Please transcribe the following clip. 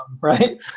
right